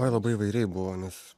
oi labai įvairiai buvo nes